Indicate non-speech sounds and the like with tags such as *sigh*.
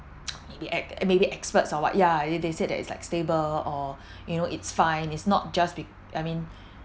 *breath* the e~ maybe experts or what yeah it they said it's like stable or *breath* you know it's fine it's not just be~ I mean